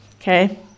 okay